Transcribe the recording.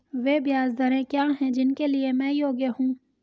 वे ब्याज दरें क्या हैं जिनके लिए मैं योग्य हूँ?